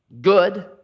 good